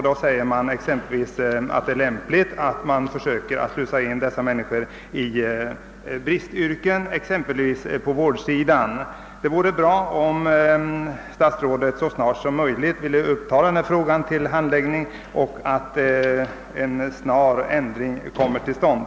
Det framhålles att det är lämpligt att slussa in dessa människor i bristyrken, exempelvis på vårdsidan. Det vore bra, om statsrådet så snart som möjligt ville uppta denna fråga till behandling, så att en snar ändring kommer till stånd.